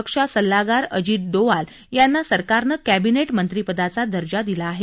राष्टीय स्रक्षा सल्लागार अजित डोवाल यांना सरकारनं कॅबिनेट मंत्रीपदाचा दर्जा दिला आहे